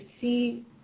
see